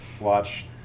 watch